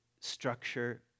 structure